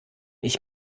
ich